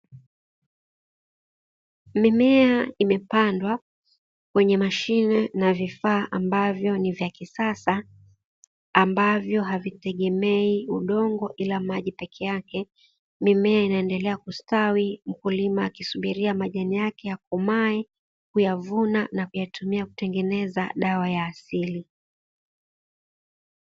Mimea imepandwa mwenye mashimo na vifaa ambavyo ni vya kisasa ambavyo havitegemei udongo ila maji peke yake mimea inaendelea kustawi huku mkulima akisubiria majani yake yakomae kuyavuna na kuyatumia kutengeneza dawa ya asili.